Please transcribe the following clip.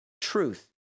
truth